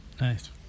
nice